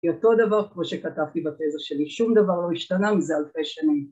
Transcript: כי אותו הדבר כמו שכתבתי בתזה שלי, שום דבר לא השתנה מזה אלפי שנים.